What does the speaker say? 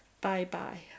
bye-bye